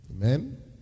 Amen